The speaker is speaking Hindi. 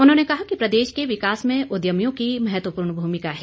उन्होंने कहा कि प्रदेश के विकास में उद्यमियों की महत्वपूर्ण भूमिका है